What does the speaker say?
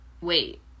wait